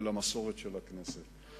ולמסורת של הכנסת,